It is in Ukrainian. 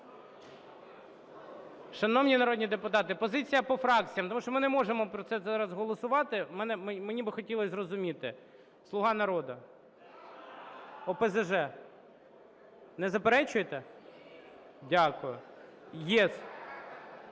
Шановні народні депутати, позиція по фракціям, тому що ми не можемо про це зараз голосувати, мені б хотілось зрозуміти. "Слуга народу"? ОПЗЖ, не заперечуєте? Дякую.